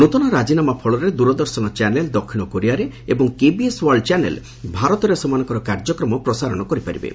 ନ୍ତଆ ରାଜିନାମା ଫଳରେ ଦୂରଦର୍ଶନ ଚ୍ୟାନେଲ ଦକ୍ଷିଣ କୋରିଆରେ ଏବଂ କେବିଏସ୍ ୱାର୍ଲ୍ଚ ଚ୍ୟାନେଲ ଭାରତରେ ସେମାନଙ୍କର କାର୍ଯ୍ୟକ୍ରମ ପ୍ରସାରଣ କରିବେ